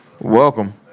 Welcome